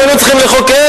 לא היינו צריכים לחוקק,